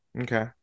Okay